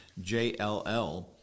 JLL